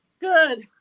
good